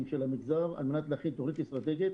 של המגזר על מנת להכין תוכנית אסטרטגית